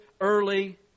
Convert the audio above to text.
early